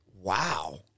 Wow